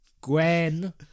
Gwen